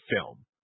film